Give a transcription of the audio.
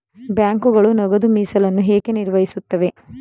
ಬ್ಯಾಂಕುಗಳು ನಗದು ಮೀಸಲನ್ನು ಏಕೆ ನಿರ್ವಹಿಸುತ್ತವೆ?